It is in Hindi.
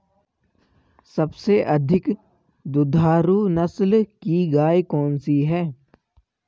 सबसे अधिक दुधारू नस्ल की गाय कौन सी है?